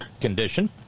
condition